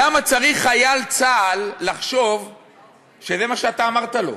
למה צריך חייל צה"ל לחשוב שזה מה שאתה אמרת לו?